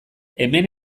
hemen